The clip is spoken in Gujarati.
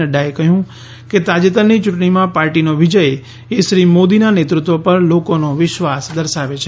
નફાએ કહ્યું કે તાજેતરની યૂંટણીઓમાં પાર્ટીનો વિજય શ્રી મોદીના નેતૃત્વ પર લોકોનો વિશ્વા સ બતાવે છે